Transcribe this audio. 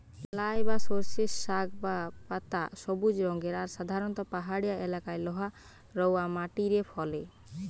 লাই বা সর্ষের শাক বা পাতা সবুজ রঙের আর সাধারণত পাহাড়িয়া এলাকারে লহা রওয়া মাটিরে ফলে